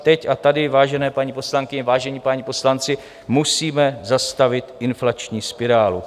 Teď a tady, vážené paní poslankyně, vážení páni poslanci, musíme zastavit inflační spirálu.